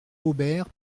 aubert